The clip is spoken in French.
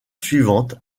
suivante